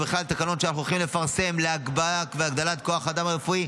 ובכלל תקנות שאנחנו הולכים לפרסם להגברת והגדלת כוח האדם הרפואי,